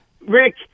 Rick